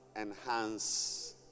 enhance